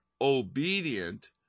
obedient